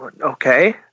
okay